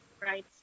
Right